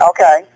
Okay